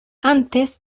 antes